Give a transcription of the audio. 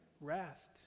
rest